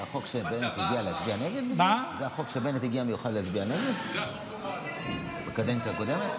זה החוק שבנט הגיע במיוחד להצביע נגדו בקדנציה הקודמת?